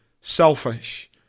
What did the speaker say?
selfish